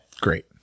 Great